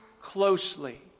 closely